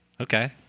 Okay